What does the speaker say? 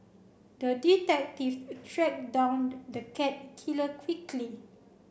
the detective track down the cat killer quickly